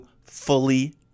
fully